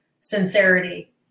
sincerity